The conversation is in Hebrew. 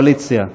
בקואליציה,